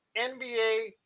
NBA